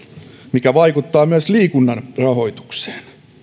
mikä vaikuttaa myös liikunnan rahoitukseen